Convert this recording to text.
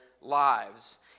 lives